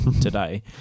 today